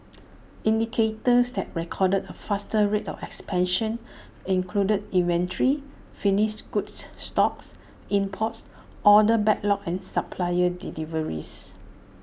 indicators that recorded A faster rate of expansion included inventory finished goods stocks imports order backlog and supplier deliveries